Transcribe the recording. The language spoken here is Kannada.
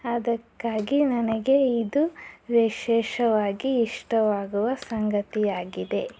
ಅದಕ್ಕಾಗಿ ನನಗೆ ಇದು ವಿಶೇಷವಾಗಿ ಇಷ್ಟವಾಗುವ ಸಂಗತಿಯಾಗಿದೆ